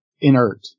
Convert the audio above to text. inert